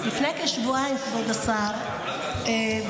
לפני כשבועיים, כבוד השר והיושב-ראש,